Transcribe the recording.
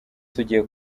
tugiye